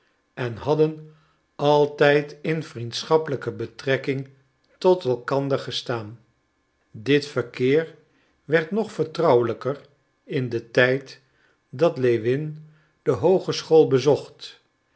en hadden altijd in vriendschappelijke betrekking tot elkander gestaan dit verkeer werd nog vertrouwelijker in den tijd dat lewin de hoogeschool bezocht